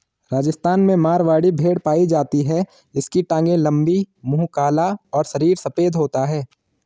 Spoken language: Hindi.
राजस्थान में मारवाड़ी भेड़ पाई जाती है इसकी टांगे लंबी, मुंह काला और शरीर सफेद होता है